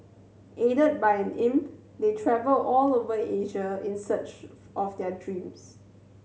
aided by an imp they travel all over Asia in search of their dreams